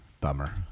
Bummer